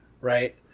right